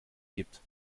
gibt